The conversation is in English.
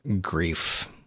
grief